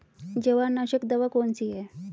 जवार नाशक दवा कौन सी है?